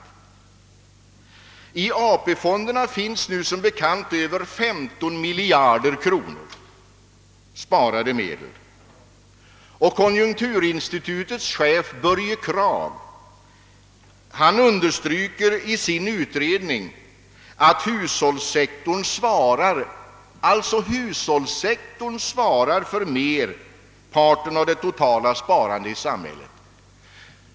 I AP-fonderna finns det som bekant nu över 15 miljarder i sparade medel. Konjunkturinstitutets chef Börje Kragh understryker i sin utredning, att hushållssektorn svarar för merparten av det totala sparandet i samhället.